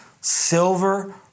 silver